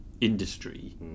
industry